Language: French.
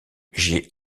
j’ai